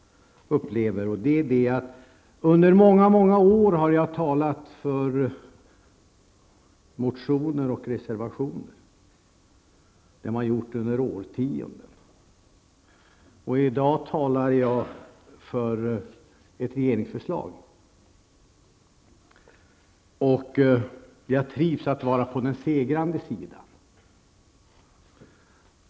Under många år har jag talat för motioner och reservationer. Jag har gjort det under årtionden. I dag talar jag för ett regeringsförslag, och jag trivs med att vara på den segrande sidan.